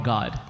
God